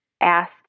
asked